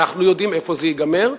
אנחנו יודעים איפה זה ייגמר,